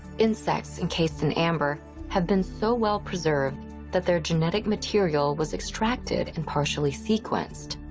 insects encased in amber have been so well preserved that their genetic material was extracted and partially sequenced.